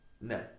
No